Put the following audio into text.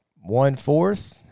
one-fourth